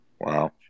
Wow